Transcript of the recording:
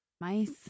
Mice